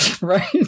Right